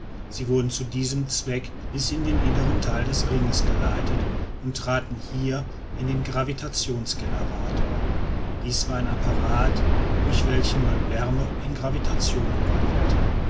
sie wurden zu diesem zweck bis in den inneren teil des ringes geleitet und traten hier in den gravitationsgenerator dies war ein apparat durch welchen man wärme in gravitation umwandelte